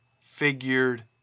figured